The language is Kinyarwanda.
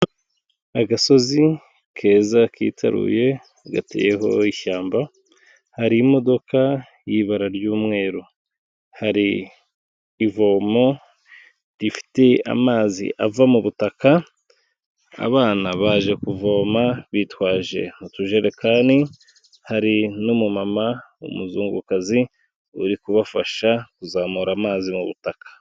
Agasozi keza kitaruye, gateyeho ishyamba hari imodoka y'ibara ry'umweru, hari ivomo rifite amazi ava mu butaka, abana baje kuvoma bitwaje utujerekani, hari n'umumama w'umuzungukazi, uri kubafasha kuzamura amazi mu butaka.